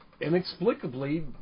inexplicably